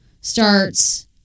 starts